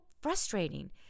frustrating